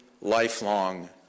lifelong